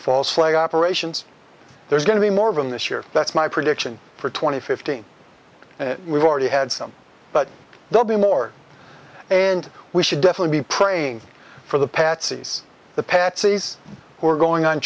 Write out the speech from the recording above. false flag operations there's going to be more of them this year that's my prediction for twenty fifteen and we've already had some but they'll be more and we should definitely be praying for the patsies the patsies who are going on